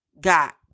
got